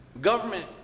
Government